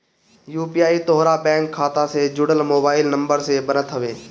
UPI तोहरी bank खाता से जुड़ल मोबाइल नंबर से बनत हवे